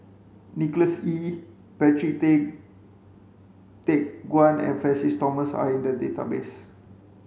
Nicholas Ee Patrick Tay Teck Guan and Francis Thomas are in the database